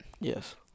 Yes